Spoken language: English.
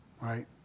right